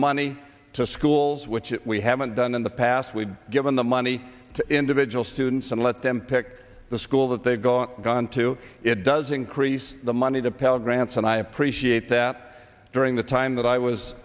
money to schools which we haven't done in the past we've given the money to individual students and let them pick the school that they've gone on to it does increase the money the pell grants and i appreciate that during the time that i was